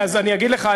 אז אני אגיד לך.